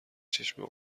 چشمه